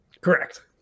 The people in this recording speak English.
Correct